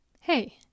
Hey